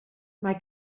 mae